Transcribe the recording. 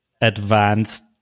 advanced